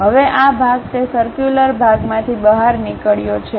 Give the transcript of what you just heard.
હવે આ ભાગ તે સર્ક્યુલર ભાગમાંથી બહાર નીકળ્યો છે